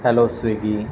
hello Swiggy